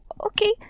okay